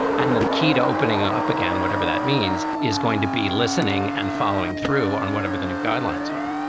and the key to opening up, again, whatever that means, is going to be listening and following through on whatever the new guidelines are